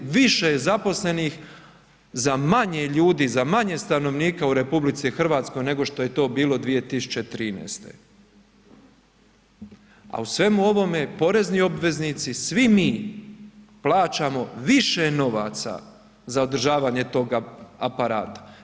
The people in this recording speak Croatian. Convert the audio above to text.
Više je zaposlenih za manje ljudi, za manje stanovnika u RH nego što je to bilo 2013., a u svemu ovome porezni obveznici, svi mi plaćamo više novaca za održavanje toga aparata.